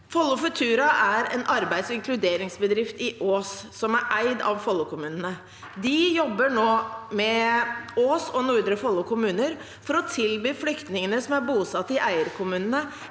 Follo Futura er en arbeids- og inkluderingsbedrift i Ås som er eid av Follo-kommunene. De jobber nå med Ås og Nordre Follo kommuner for å tilby flyktningene som er bosatt i eierkommunene,